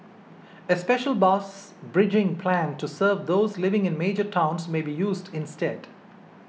a special bus bridging plan to serve those living in major towns may be used instead